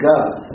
God